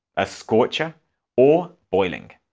a scorcher or boiling.